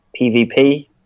PvP